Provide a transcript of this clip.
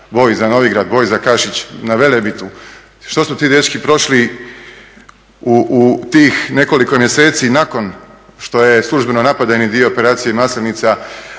Boj za Novigrad, boj za Kašić, na Velebitu, što su ti dečki prošli u tih nekoliko mjeseci nakon što je službeno … dio operacije Maslenica